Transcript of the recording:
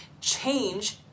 Change